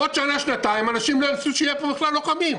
עוד שנה-שנתיים אנשים לא ירצו שיהיו פה בכלל לוחמים?